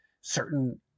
certain